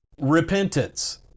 repentance